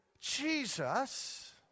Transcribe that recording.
Jesus